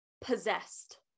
possessed